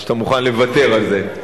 שאתה מוכן לוותר על זה.